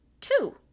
two